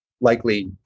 likely